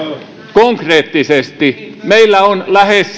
konkreettisesti meillä on lähes